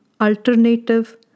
Alternative